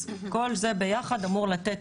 וכל זה ביחד אמור לתת